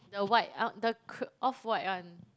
the white uh the k~ off white one